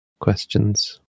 questions